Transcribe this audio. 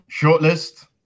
Shortlist